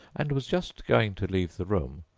and was just going to leave the room,